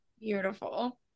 Beautiful